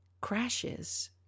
crashes